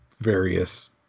various